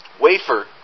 Wafer